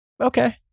okay